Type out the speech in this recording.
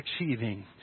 achieving